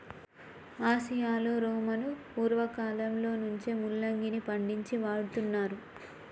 ఆసియాలో రోమను పూర్వకాలంలో నుంచే ముల్లంగిని పండించి వాడుతున్నారు